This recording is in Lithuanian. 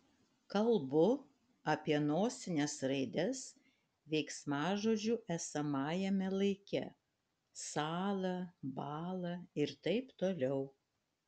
kalbu apie nosines raides veiksmažodžių esamajame laike sąla bąla ir taip toliau